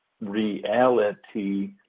reality